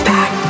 Back